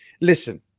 listen